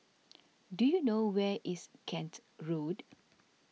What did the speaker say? do you know where is Kent Road